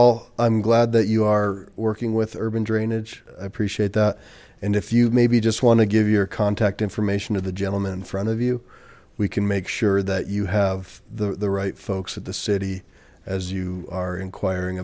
ball i'm glad that you are working with urban drainage i appreciate that and if you maybe just want to give your contact information to the gentleman in front of you we can make sure that you have the right folks at the city as you are inquiring